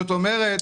זאת אומרת,